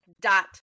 dot